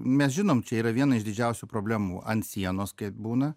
mes žinom čia yra viena iš didžiausių problemų an sienos kaip būna